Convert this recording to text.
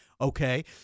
Okay